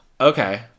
okay